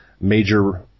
major